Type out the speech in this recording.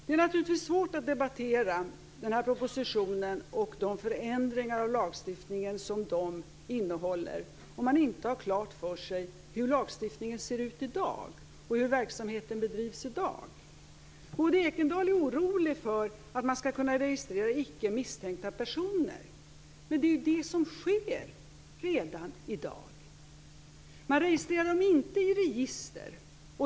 Fru talman! Det är naturligtvis svårt att debattera den här propositionen och de förändringar i lagstiftningen den innehåller om man inte har klart för sig hur lagstiftningen ser ut och hur verksamheten bedrivs i dag. Maud Ekendahl är orolig för att man skall kunna registrera icke misstänkta personer. Men detta sker ju redan i dag. Man registrerar dem inte i register.